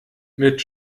mit